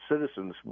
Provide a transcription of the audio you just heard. citizens